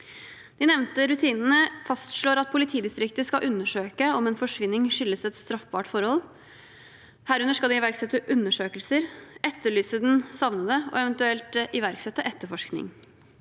De nevnte rutinene fastslår at politidistriktet skal undersøke om en forsvinning skyldes et straffbart forhold, herunder iverksette undersøkelser, etterlyse den savnede og eventuelt iverksette etterforskning.